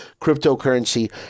cryptocurrency